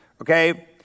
okay